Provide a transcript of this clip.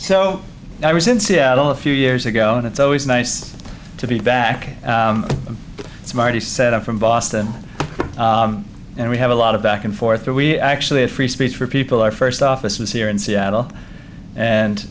so i was in seattle a few years ago and it's always nice to be back as marty said i'm from boston and we have a lot of back and forth that we actually have free speech for people our first office is here in seattle and